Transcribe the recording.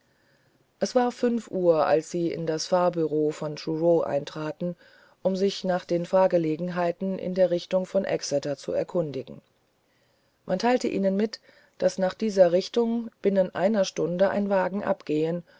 es war fünf uhr als sie in das fahrbureau von truro traten um sich nach den fahrgelegenheiteninderrichtungvonexeterzuerkundigen manteilteihnenmit daß nach dieser richtung binnen einer stunde ein wagen abgehen